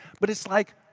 but is like,